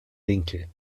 winkel